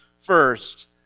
first